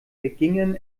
vergingen